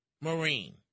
Marine